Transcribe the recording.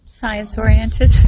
science-oriented